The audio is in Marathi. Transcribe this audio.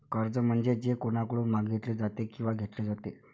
कर्ज म्हणजे जे कोणाकडून मागितले जाते किंवा घेतले जाते